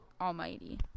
almighty